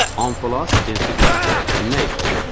omphalos is the greek word for navel,